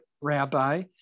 rabbi